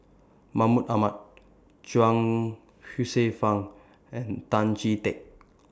Mahmud Ahmad Chuang Hsueh Fang and Tan Chee Teck